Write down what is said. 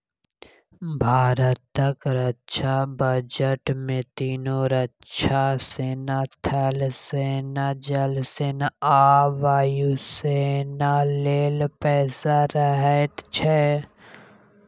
भारतक रक्षा बजट मे तीनों रक्षा सेना थल सेना, जल सेना आ वायु सेना लेल पैसा रहैत छै